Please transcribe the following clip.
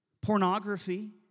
pornography